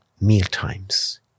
mealtimes